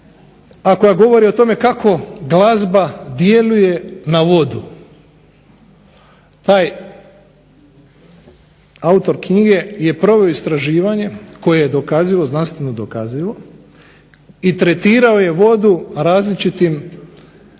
koja govori o tome kako glazba djeluje na vodu. Taj autor knjige je proveo istraživanje koji je znanstveno dokazivo i tretirao je vodu različitim